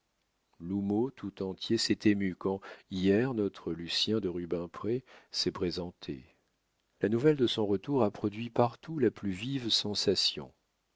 nous l'houmeau tout entier s'est ému quand hier notre lucien de rubempré s'est présenté la nouvelle de son retour a produit partout la plus vive sensation